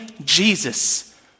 Jesus